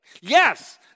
Yes